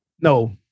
No